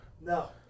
No